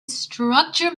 structure